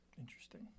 Interesting